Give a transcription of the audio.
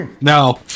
No